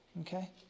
Okay